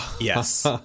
Yes